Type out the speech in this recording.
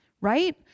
Right